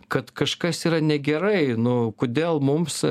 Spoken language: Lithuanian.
kad kažkas yra negerai nu kodėl mums